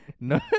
no